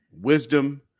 wisdom